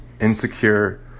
Insecure